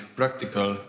practical